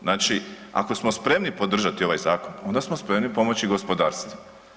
Znači, ako smo spremni podržati ovaj zakon onda smo spremni pomoći i gospodarstvu.